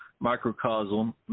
Microcosm